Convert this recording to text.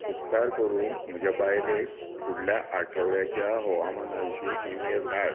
उपकार करून म्हज्या बायलेक फुडल्या आठवड्याच्या हवामाना विशीं ईमेल धाड